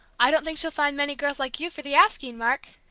i don't think she'll find many girls like you for the asking, mark!